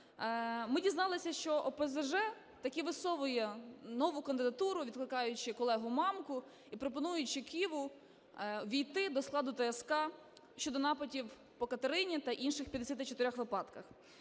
ми дізналися, що ОПЗЖ таки висовує нову кандидатуру, відкликаючи колегу Мамку і пропонуючи Киву увійти до складу ТСК щодо нападів, по Катерині та інших 54 випадках.